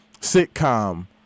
sitcom